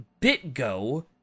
BitGo